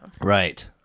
right